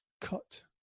cut